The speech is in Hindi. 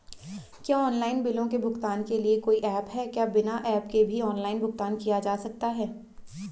क्या ऑनलाइन बिलों के भुगतान के लिए कोई ऐप है क्या बिना ऐप के भी ऑनलाइन भुगतान किया जा सकता है?